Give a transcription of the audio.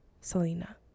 Selena